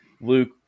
Luke